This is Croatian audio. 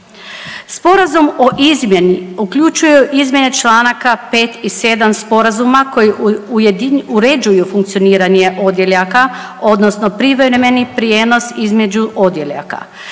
Sporazum o izmjeni uključuje izmjene Članaka 5. i 7. sporazuma koji uređuju funkcioniranje odjeljaka odnosno privremeni prijenos između odjeljaka.